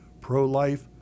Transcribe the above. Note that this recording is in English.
pro-life